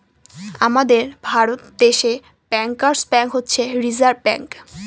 আমাদের ভারত দেশে bankers bank হচ্ছে রিসার্ভ ব্যাঙ্ক